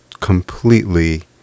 completely